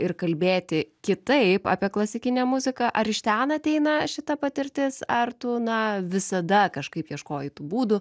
ir kalbėti kitaip apie klasikinę muziką ar iš ten ateina šita patirtis ar tu na visada kažkaip ieškojai tų būdų